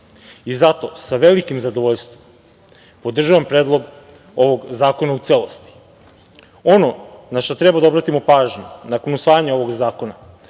i zato sa velikim zadovoljstvom podržavam Predlog ovog zakona u celosti. Ono na šta treba da obratimo pažnju nakon usvajanja ovog zakona